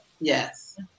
Yes